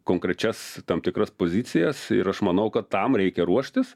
konkrečias tam tikras pozicijas ir aš manau kad tam reikia ruoštis